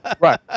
Right